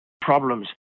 problems